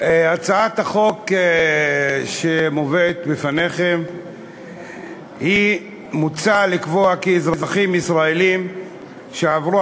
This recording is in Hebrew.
בהצעת החוק שמובאת בפניכם מוצע לקבוע כי אזרחים ישראלים שעברו